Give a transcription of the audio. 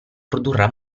produrrà